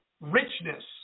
richness